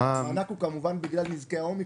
המענק הוא כמובן בגלל נזקי האומיקרון.